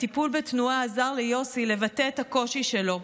הטיפול בתנועה עזר ליוסי לבטא את הקושי שלו,